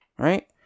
Right